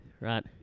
right